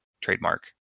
trademark